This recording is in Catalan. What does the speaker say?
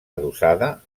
adossada